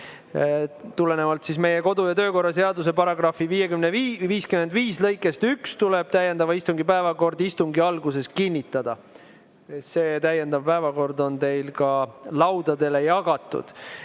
Tulenevalt meie kodu‑ ja töökorra seaduse § 55 lõikest 1 tuleb täiendava istungi päevakord istungi alguses kinnitada. See täiendav päevakord on teil ka laudadele jagatud. Head